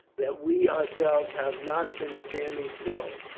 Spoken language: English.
that we ourselves have not been standing still.